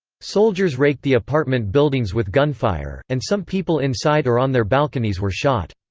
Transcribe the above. soldiers raked the apartment buildings with gunfire, and some people inside or on their balconies were shot.